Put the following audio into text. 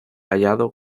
hallado